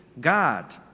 God